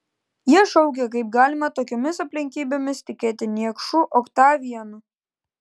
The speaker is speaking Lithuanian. jie šaukė kaip galima tokiomis aplinkybėmis tikėti niekšu oktavianu